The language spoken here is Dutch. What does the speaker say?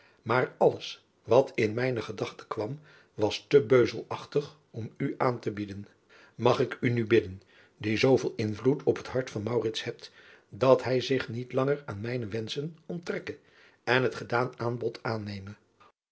maar alles wat in mijne gedachten kwam was te beuzelachtig om u aan te bieden ag ik u nu bidden die zooveel invloed op het hart van hebt dat hij zich niet lan driaan oosjes zn et leven van aurits ijnslager ger aan mijne wenschen onttrekke en het gedaan aanbod aanneme